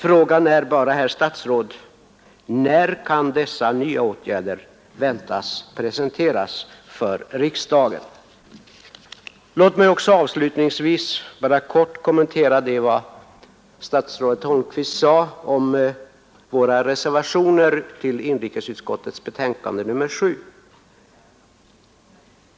Frågan är bara, herr statsråd, när dessa nya åtgärder kan väntas bli presenterade för riksdagen. Låt mig avslutningsvis kommentera vad statsrådet Holmqvist sade om våra reservationer till inrikesutskottets betänkande nr 7.